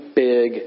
big